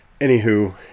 Anywho